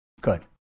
Good